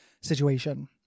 situation